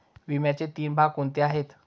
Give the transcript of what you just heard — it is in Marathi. विम्याचे तीन भाग कोणते आहेत?